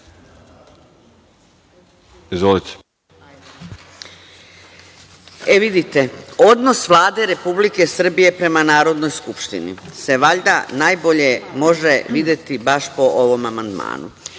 Radeta** E, vidite. Odnos Vlade Republike Srbije prema Narodnoj skupštini se valjda, najbolje može videti baš po ovom amandmanu.